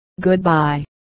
Goodbye